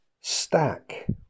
Stack